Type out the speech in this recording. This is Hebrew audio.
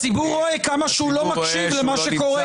הציבור רואה כמה שהוא לא מקשיב למה שקורה כאן.